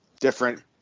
different